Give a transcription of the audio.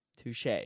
touche